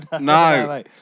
No